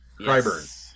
Cryburn